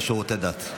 לשירותי דת.